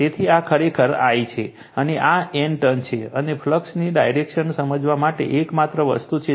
તેથી આ ખરેખર I છે અને આ N ટર્ન્સ છે અને ફ્લક્સ પાથની ડાયરેક્શન સમજવા માટે આ એકમાત્ર વસ્તુ છે